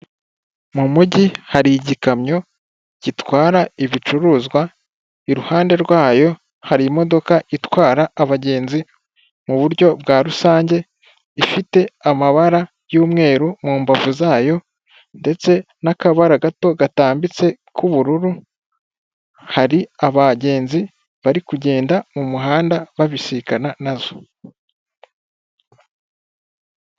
Mu mujyi hari igikamyo gitwara ibicuruzwa i ruhande rwayo hari imodoka itwara abagenzi mu buryo bwa rusange ifite amabara y'umweru mu mbavu zayo ndetse n'akabara gato gatambitse k'ubururu, hari abagenzi bari kugenda mu muhanda babisikana nazo.